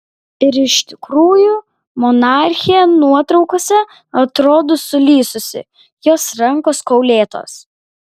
ir iš tikrųjų monarchė nuotraukose atrodo sulysusi jos rankos kaulėtos